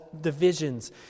divisions